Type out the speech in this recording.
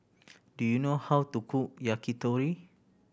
do you know how to cook Yakitori